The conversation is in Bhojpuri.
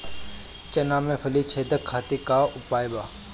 चना में फली छेदक खातिर का उपाय बा?